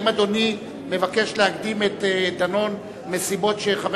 האם אדוני מבקש להקדים את דנון כי חבר